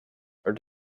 are